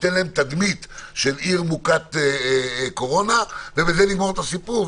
ותיתן להם תדמית של עיר מוכת קורונה ובזה נגמור את הסיפור,